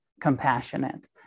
compassionate